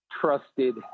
trusted